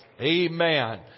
Amen